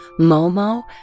Momo